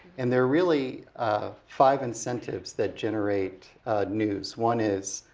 and they're really five incentives that generate news. one is,